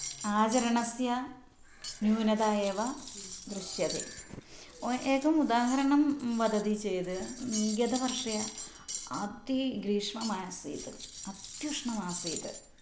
आचरणस्य न्यूनता एव दृश्यते ओय् एकम् उदाहरणं वदति चेद् गतवर्षे आसीत् ग्रीष्ममासीत् अत्युष्णमासीत्